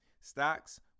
stocks